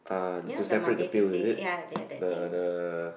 you know the Monday Tuesday ya they are that thing